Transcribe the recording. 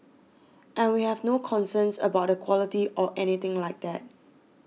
and we have no concerns about the quality or anything like that